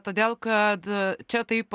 todėl kad čia taip